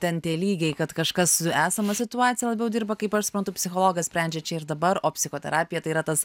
ten tie lygiai kad kažkas su esama situacija labiau dirba kaip aš suprantu psichologas sprendžia čia ir dabar o psichoterapija tai yra tas